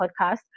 podcast